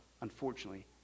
unfortunately